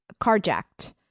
carjacked